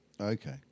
okay